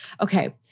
okay